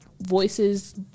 voices